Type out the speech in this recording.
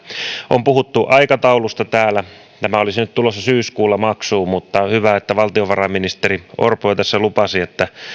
on puhuttu aikataulusta täällä tämä olisi nyt tulossa syyskuussa maksuun mutta hyvä että valtiovarainministeri orpo jo tässä lupasi että